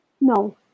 no